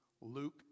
Luke